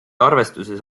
arvestuses